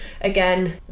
again